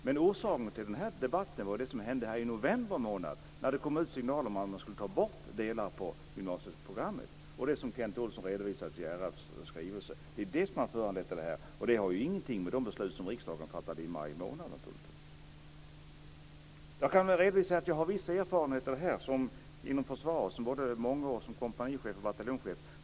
Men orsaken till den här debatten var dels det som hände i november månad, när det kom signaler om att man skulle ta bort delar av gymnasieprogrammet, dels det som Kent Olsson redovisade om RF:s skrivelse. Det är det som har föranlett denna debatt, och det har naturligtvis ingenting att göra med de beslut som riksdagen fattade i maj månad. Jag kan redovisa att jag har viss erfarenhet av detta från försvaret, efter många år som kompanichef och bataljonschef.